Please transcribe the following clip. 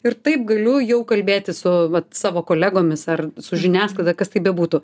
ir taip galiu jau kalbėti su vat savo kolegomis ar su žiniasklaida kas tai bebūtų